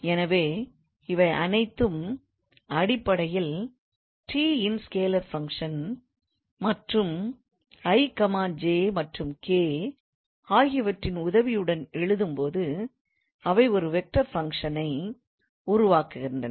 எனவே அவை அனைத்தும் அடிப்படையில் t இன் ஸ்கேலர் பங்க்ஷன் மற்றும் i j மற்றும் k ஆகியவற்றின் உதவியுடன் எழுதும் போது அவை ஒரு வெக்டார் ஃபங்க்ஷனை வெக்டார் பங்க்ஷனை உருவாக்குகின்றன